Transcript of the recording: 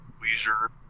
Leisure